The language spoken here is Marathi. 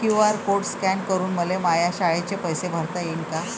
क्यू.आर कोड स्कॅन करून मले माया शाळेचे पैसे भरता येईन का?